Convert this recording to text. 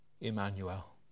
Emmanuel